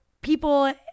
people